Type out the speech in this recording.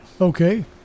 Okay